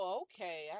okay